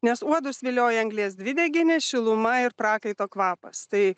nes uodus vilioja anglies dvideginis šiluma ir prakaito kvapas tai